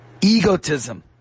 egotism